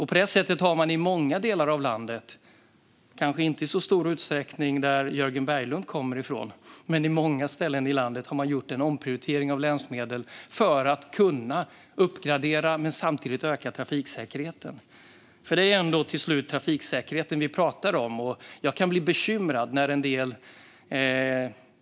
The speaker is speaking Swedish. På det sättet har man i många delar av landet, kanske inte i så stor utsträckning där Jörgen Berglund kommer ifrån, gjort en omprioritering av länsmedel för att kunna uppgradera och samtidigt öka trafiksäkerheten. Det är ändå till slut trafiksäkerheten som vi pratar om.